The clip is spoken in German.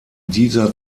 dieser